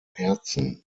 herzen